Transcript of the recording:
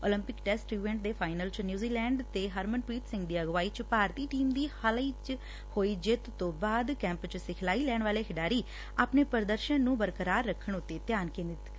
Olympic test event ਦੇ final ਚ New Zealand ਤੇ ਹਰਮਨਪ੍ਰੀਤ ਸਿੰਘ ਦੀ ਅਗਵਾਈ ਚ ਭਾਰਤੀ ਟੀਮ ਦੀ ਹਾਲਾਹੀ ਚ ਜਿੱਤ ਤੋ ਬਾਅਦ ਕੈਪ ਚ ਸਿਖਲਾਈ ਲੈਣ ਵਾਲੇ ਖਿਡਾਰੀ ਆਪਣੇ ਪ੍ਰਦਰਸ਼ਨ ਨੂੰ ਬਰਕਰਾਰ ਰੱਖਣ ਉਤੇ ਧਿਆਨ ਕੇਂਦਰਿਤ ਕਰਨਗੇ